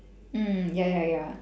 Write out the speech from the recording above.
mm ya ya ya